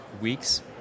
weeks